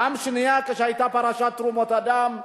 פעם שנייה כשהיתה פרשת תרומות הדם,